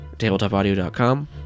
tabletopaudio.com